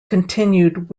continued